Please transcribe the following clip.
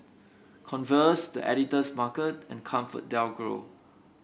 Converse The Editor's Market and ComfortDelGro